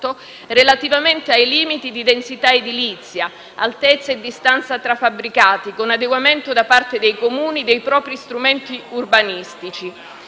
relativamente ai limiti di densità edilizia, altezza e distanza tra fabbricati con adeguamento da parte dei Comuni dei propri strumenti urbanistici,